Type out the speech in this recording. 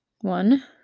One